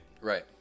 Right